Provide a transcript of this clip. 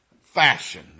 fashion